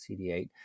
CD8